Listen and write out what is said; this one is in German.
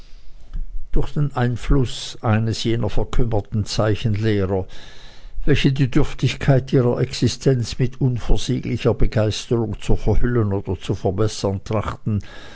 durch den einfluß eines jener verkümmerten zeichenlehrer welche die dürftigkeit ihrer existenz mit unversieglicher begeisterung zu verhüllen oder zu verbessern trachten